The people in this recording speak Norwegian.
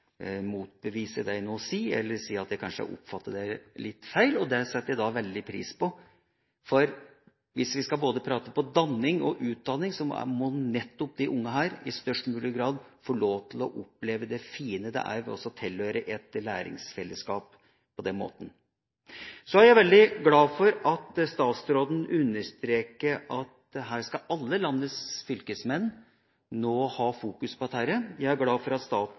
motbevise det jeg nå sier, eller vise at jeg kanskje har oppfattet det litt feil, og det setter jeg stor pris på. For hvis vi skal snakke om både danning og utdanning, må nettopp disse barna i størst mulig grad få lov til å oppleve det fine det er å tilhøre et læringsfellesskap på den måten. Så er jeg veldig glad for at statsråden understreket at dette skal alle landets fylkesmenn nå fokusere på. Jeg er glad for at